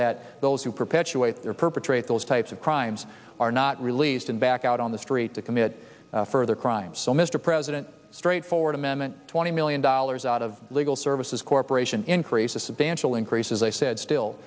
that those who perpetuate their perpetrate those types of crimes are not released and back out on the street to commit further crimes so mr president straightforward amendment twenty million dollars out of legal services corporation increases substantial increases i said still